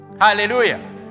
Hallelujah